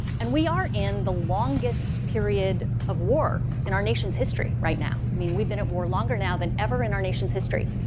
and we are in the longest period of war in our nation's history right now. i mean, we've been at war longer now than ever in our nation's history.